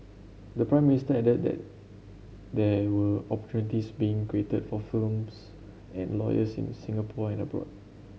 the Prime Minister added that there were opportunities being created for firms and lawyers in Singapore and abroad